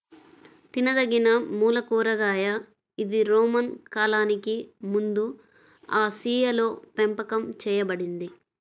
తినదగినమూల కూరగాయ ఇది రోమన్ కాలానికి ముందుఆసియాలోపెంపకం చేయబడింది